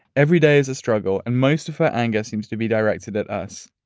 everyday is a struggle and most of her anger seems to be directed at us.